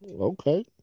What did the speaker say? Okay